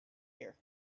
here